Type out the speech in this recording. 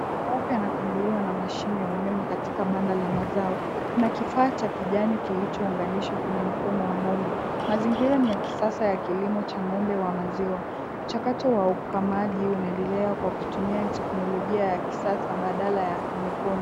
Ng'ombe mweupe anakamuliwa na mashine ya umeme katika banda la mazao, kuna kifaa cha kijani kilichounganishwa kwenye mkono wa ng'ombe. Mazingira ni ya kisasa ya kilimo cha ng'ombe wa maziwa. Mchakato wa ukamaji unaendelea kwa kutumia teknolojia ya kisasa badala ya mikono.